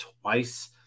twice